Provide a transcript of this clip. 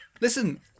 Listen